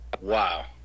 wow